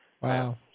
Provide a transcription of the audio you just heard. Wow